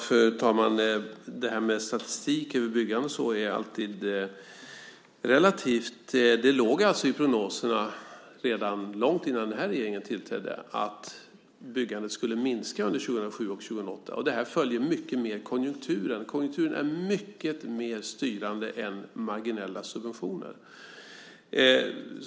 Fru talman! Det här med statistik över byggande är alltid relativt. Det låg alltså i prognoserna redan långt innan den här regeringen tillträdde att byggandet skulle minska under 2007 och 2008. Det här följer mycket med konjunkturen. Konjunkturen är mycket mer styrande än marginella subventioner.